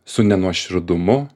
su nenuoširdumu